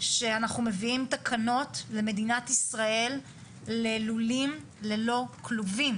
שאנחנו מביאים תקנות למדינת ישראל ללולים ללא כלובים.